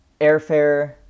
airfare